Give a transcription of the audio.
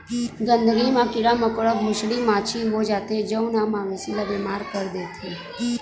गंदगी म कीरा मकोरा, भूसड़ी, माछी हो जाथे जउन ह मवेशी ल बेमार कर देथे